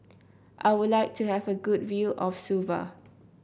I would like to have a good view of Suva